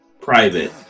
private